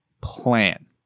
plan